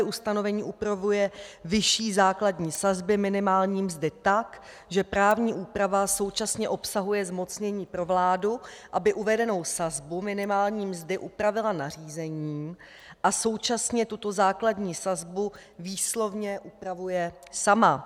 Ustanovení upravuje vyšší základní sazby minimální mzdy tak, že právní úprava současně obsahuje zmocnění pro vládu, aby uvedenou sazbu minimální mzdy upravila nařízením, a současně tuto základní sazbu výslovně upravuje sama.